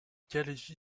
qualifie